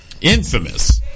infamous